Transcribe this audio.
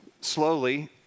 slowly